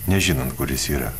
nežinant kur jis yra